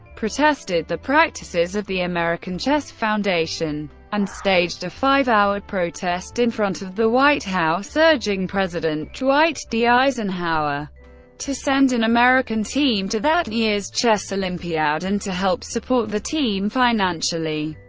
protested the practices of the american chess foundation and staged a five-hour protest in front of the white house, urging president dwight d. eisenhower to send an american team to that year's chess olympiad and to help support the team financially.